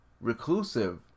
reclusive